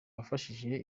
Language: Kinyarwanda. wafashije